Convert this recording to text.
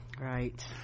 right